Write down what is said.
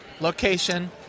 location